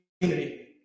community